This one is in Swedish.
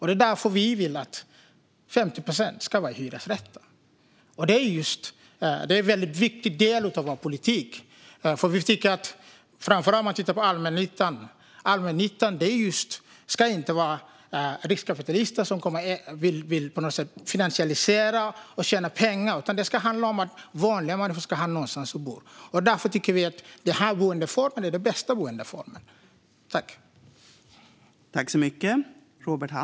Det är därför vi vill att 50 procent ska vara hyresrätter, och det är en viktig del av vår politik. Allmännyttan ska inte bestå av riskkapitalister som på något sätt vill finansialisera och tjäna pengar på detta, utan vanliga människor ska ha någonstans att bo. Därför tycker vi att det är den bästa boendeformen.